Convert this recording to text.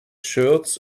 shirts